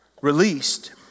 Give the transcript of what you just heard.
released